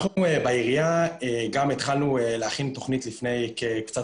אנחנו בעירייה גם התחלנו להכין תוכנית לפני קצת